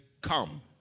come